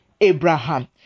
Abraham